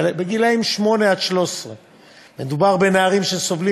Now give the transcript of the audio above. בגיל שמונה עד 13. מדובר בנערים שסובלים